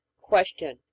Question